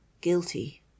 guilty